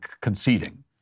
conceding